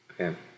Okay